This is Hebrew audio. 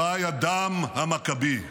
/ חי הדם המכבי".